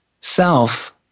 self